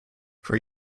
for